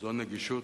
זו נגישות.